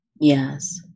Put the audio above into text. Yes